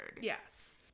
Yes